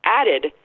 added